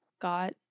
got